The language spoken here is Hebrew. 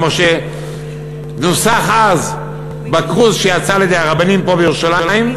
כמו שנוסח אז בכרוז שיצא על-ידי הרבנים פה בירושלים,